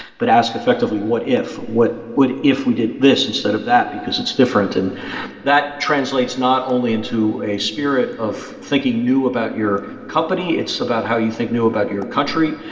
but ask effectively, what if? what if we did this instead of that, because it's different? and that translates not only into a spirit of thinking new about your company. it's about how you think new about your country.